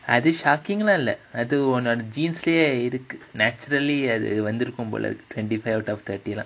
இல்ல அது:illa athu genes லேயே இருக்கு:layae irukku naturally அது வந்துருக்கும் போல இருக்கு கண்டிப்பா:adhu vanthurukum pola irukku kandippaa twenty five out of thirty lah